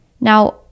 Now